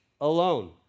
alone